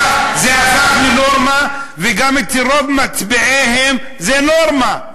זה הפך לנורמה, וגם אצל רוב מצביעיהם זאת נורמה.